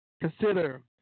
consider